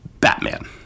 Batman